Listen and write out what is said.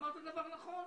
אמרתם דבר נכון,